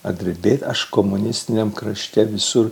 ar drebėt aš komunistiniam krašte visur